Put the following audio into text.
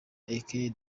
the